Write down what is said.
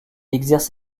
exerce